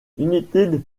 united